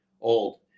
old